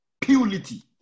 purity